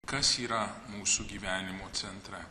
kas yra mūsų gyvenimo centre